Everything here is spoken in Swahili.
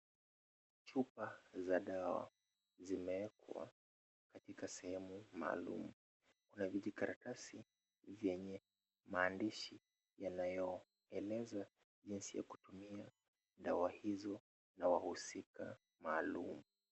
Chupa za dawa, zimewekwa katika sehemu maalumu. Kuna vijikaratasi vyenye maandishi yanayoelezwa jinsi ya kutumia dawa hizo, na wahusika maalum.